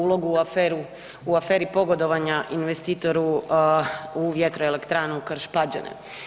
ulogu u aferi pogodovanja investitoru u vjetroelektranu Krš Pađene.